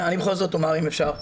אני בכל זאת אומר אם אפשר.